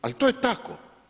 Ali, to je tako.